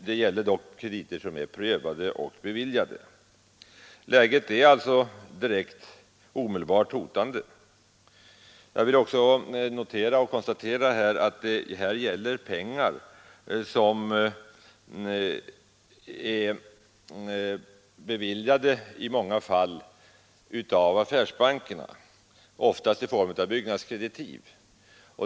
Det gäller här dock krediter som är prövade och beviljade. Läget är alltså omedelbart hotande. Jag vill också notera att det här gäller pengar som är beviljade, i många fall av affärsbankerna, oftast i form av byggnadskreditiv.